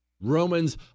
Romans